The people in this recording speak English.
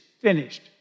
finished